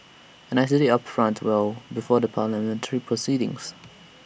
and I said IT upfront well before the parliamentary proceedings